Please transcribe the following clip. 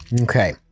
Okay